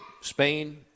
Spain